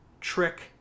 trick